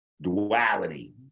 duality